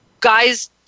guys